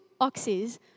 oxes